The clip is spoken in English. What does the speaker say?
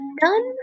done